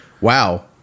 Wow